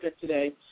today